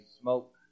smoke